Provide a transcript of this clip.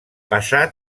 passà